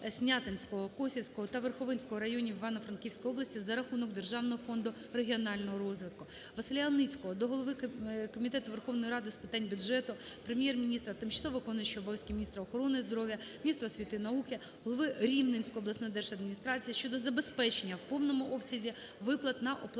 об'єктівСнятинського, Косівського та Верховинського районів Івано-Франківської області за рахунок Державного фонду регіонального розвитку. ВасиляЯніцького до голови Комітету Верховної Ради з питань бюджету, Прем'єр-міністра, тимчасово виконуючої обов'язки міністра охорони здоров'я, міністра освіти і науки, голови Рівненської обласної держадміністрації щодо забезпечення в повному обсязі виплат на оплату